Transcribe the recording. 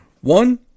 One